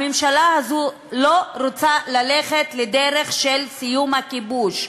הממשלה הזאת לא רוצה ללכת לדרך של סיום הכיבוש.